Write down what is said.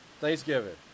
Thanksgiving